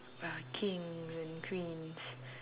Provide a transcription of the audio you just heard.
uh kings and queens